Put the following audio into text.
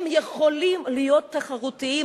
הם יכולים להיות תחרותיים,